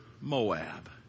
Moab